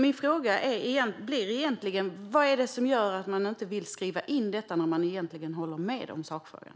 Min fråga blir: Vad är det som gör att man inte vill skriva in detta när man egentligen håller med i sakfrågan?